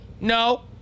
No